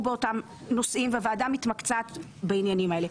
באותם נושאים והוועדה מתמקצעת בעניינים האלה.